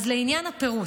לעניין הפירוט,